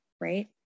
right